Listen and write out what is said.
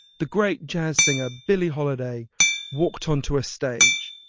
the great jazz singer billie holiday walked onto a stage.